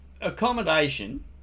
accommodation